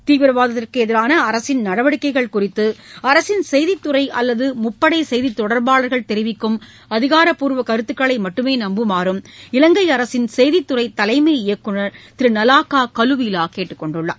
தீவிரவாதத்துக்கு எதிரான அரசின் நடவடிக்கைகள் குறித்து அரசின் செய்தித்துறை அல்லது முப்படை செய்தி தொடர்பாளர்கள் தெரிவிக்கும் அதிகாரப்பூர்வ கருத்துக்களை மட்டுமே நம்புமாறு இலங்கை அரசின் செய்தித்துறை தலைமை இயக்குநர் திரு நவாக்கா கலுவீவா கேட்டுக் கொண்டுள்ளார்